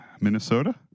Minnesota